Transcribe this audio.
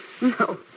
no